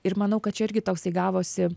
ir manau kad čia irgi toksai gavosi